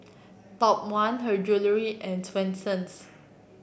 Top One Her Jewellery and Swensens